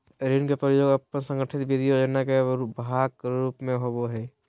ऋण के प्रयोग अपन संगठित वित्तीय योजना के भाग के रूप में होबो हइ